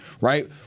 right